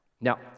Now